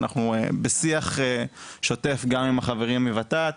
אנחנו בשיח שוטף גם עם החברים מות"ת,